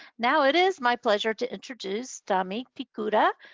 now, it is my pleasure to introduce dami pikuda.